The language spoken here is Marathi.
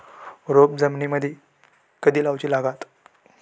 रोपे जमिनीमदि कधी लाऊची लागता?